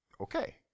okay